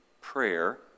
prayer